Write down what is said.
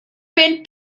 bunt